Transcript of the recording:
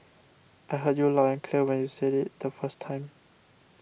I heard you loud and clear when you said it the first time